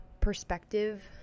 perspective